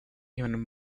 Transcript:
even